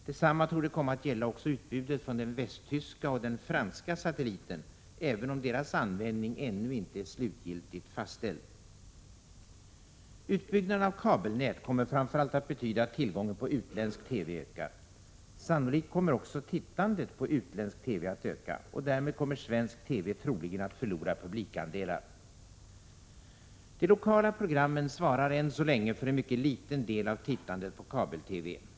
Detsamma torde komma att gälla också utbudet från den västtyska och den franska satelliten, även om deras användning ännu inte är slutgiltigt fastställd. Utbyggnaden av kabelnät kommer framför allt att betyda att tillgången på utländsk TV ökar. Sannolikt kommer också tittandet på utländsk TV att öka. Därmed kommer svensk TV troligen att förlora publikandelar. De lokala programmen svarar än så länge för en mycket liten del av utbudet i kabel-TV.